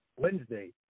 Wednesday